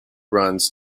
runs